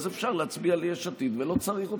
אז אפשר להצביע ליש עתיד ולא צריך אתכם.